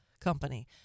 company